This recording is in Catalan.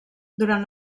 durant